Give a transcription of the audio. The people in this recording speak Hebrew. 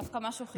דווקא משהו חיובי.